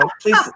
please